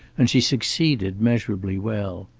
and she succeeded measurably well.